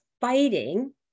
fighting